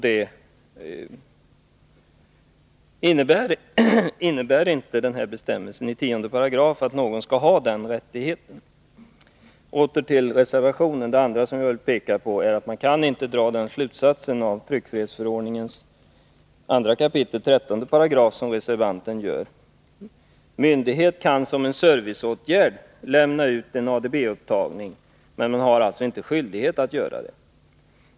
Den föreslagna skrivningen i 10 § medger inte någon sådan rättighet. Den andra punkten i reservationen som jag vill peka på är att man av tryckfrihetsförordningens 2 kap. 13§ inte kan dra den slutsats som reservanten drar. Myndighet kan som en serviceåtgärd lämna ut en ADB-upptagning, men den har inte skyldighet att göra det.